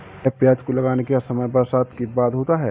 क्या प्याज को लगाने का समय बरसात के बाद होता है?